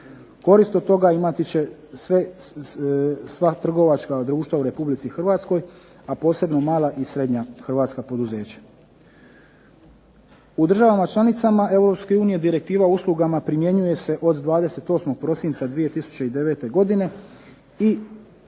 Korist od toga imati će sva trgovačka društva u Republici Hrvatskoj, a posebno mala i srednja hrvatska poduzeća. U državama članicama Europske unije direktiva uslugama primjenjuje se od 28. prosinca 2009. godine, i već